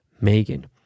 Megan